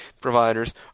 providers